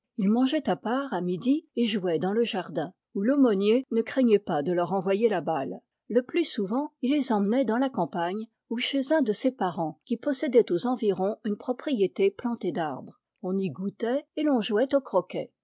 man gaient à part à midi et jouaient dans le jardin où l'aumônier ne craignait pas de leur renvoyer la balle le plus souvent il les emmenait dans la campagne ou chez un de ses parents qui possédait aux environs une propriété plantée d'arbres on y goûtait et l'on jouait au croquet